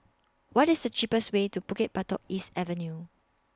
What IS The cheapest Way to Bukit Batok East Avenue